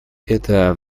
это